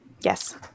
Yes